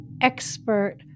expert